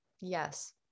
Yes